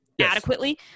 adequately